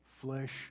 flesh